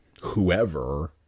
whoever